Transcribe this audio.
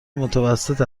متوسط